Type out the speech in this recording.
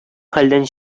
хәлдән